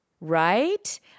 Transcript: right